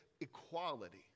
equality